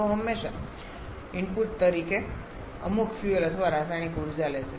તેઓ હંમેશા ઇનપુટ તરીકે અમુક ફ્યુઅલ અથવા રાસાયણિક ઊર્જા લે છે